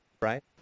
right